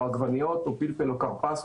עגבניות או פלפל או כרפס,